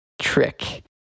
trick